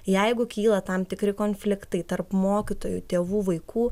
jeigu kyla tam tikri konfliktai tarp mokytojų tėvų vaikų